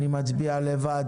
אני מצביע לבד.